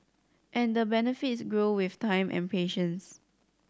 and the benefits grow with time and patience